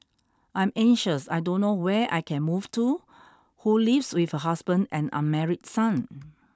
I'm anxious I don't know where I can move to who lives with her husband and unmarried son